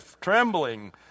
trembling